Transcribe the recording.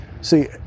See